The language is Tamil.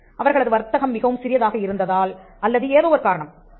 அவர்களது வர்த்தகம் மிகவும் சிறியதாக இருந்ததால் அல்லது ஏதோ ஒரு காரணம்